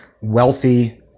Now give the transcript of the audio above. wealthy